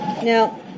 Now